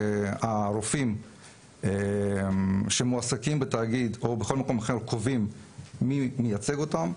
הרופאים שמועסקים בתאגיד או בכל מקום אחר קובעים מי מייצג אותם,